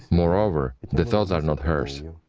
moreover, the thoughts are not hers.